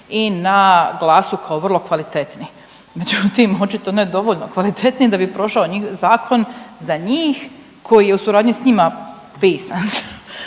i na glasu kao vrlo kvalitetni. Međutim, očito ne dovoljno kvalitetni da bi prošao zakon za njih koji je u suradnji s njima pisan.